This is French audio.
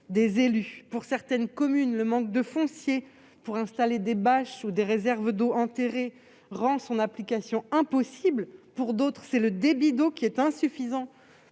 des élus. Pour certaines communes, le manque de foncier pour installer des bâches ou des réserves d'eau enterrées rend son application impossible. Pour d'autres, le débit d'eau est insuffisant